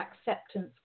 acceptance